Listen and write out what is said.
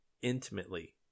intimately